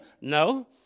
No